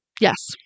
Yes